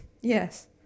Yes